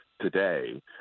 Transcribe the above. today